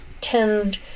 tend